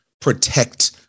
protect